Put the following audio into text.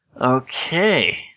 Okay